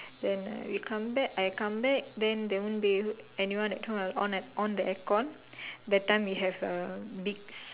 then I'll be coming back I come back then there won't be anyone at home I on on the aircon that time we have uh big